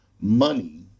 money